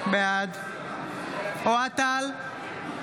בעד אוהד טל,